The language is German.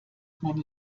man